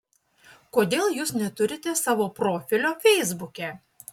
kodėl jūs neturite savo profilio feisbuke